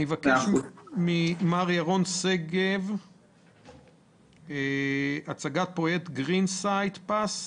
אני מבקש מירון שגב להציג לנו פרויקט GreenSite pass.